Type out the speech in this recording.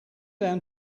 down